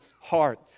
heart